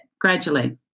gradually